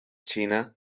china